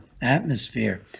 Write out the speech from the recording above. atmosphere